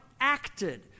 acted